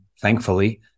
thankfully